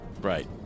Right